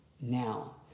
now